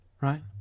right